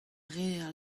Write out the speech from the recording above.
reer